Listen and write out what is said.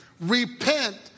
Repent